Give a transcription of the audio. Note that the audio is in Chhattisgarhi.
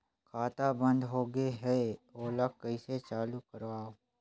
खाता बन्द होगे है ओला कइसे चालू करवाओ?